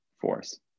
force